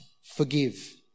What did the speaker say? forgive